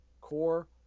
core